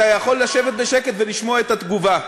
אתה יכול לשבת בשקט ולשמוע את התגובה.